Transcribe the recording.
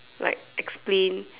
like explain